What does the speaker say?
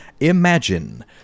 Imagine